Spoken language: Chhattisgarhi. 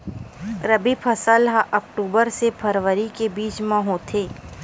रबी फसल हा अक्टूबर से फ़रवरी के बिच में होथे